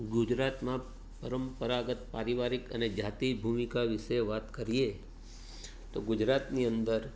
ગુજરાતમાં પરંપરાગત પારિવારિક અને જાતિ ભૂમિકા વિશે વાત કરીએ તો ગુજરાતની અંદર